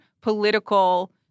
political